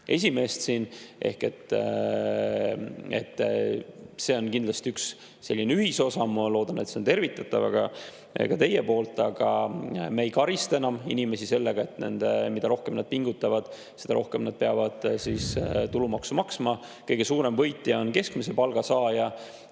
esimeest ehk see on kindlasti üks selline ühisosa. Ma loodan, et see on tervitatav ka teie poolt. Aga me ei karista enam inimesi sellega, et mida rohkem nad pingutavad, seda rohkem nad peavad tulumaksu maksma. Kõige suurem võitja on keskmise palga saaja.